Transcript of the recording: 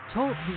Talk